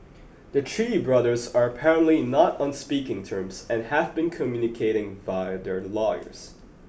the Chee brothers are apparently not on speaking terms and have been communicating via their lawyers